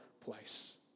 place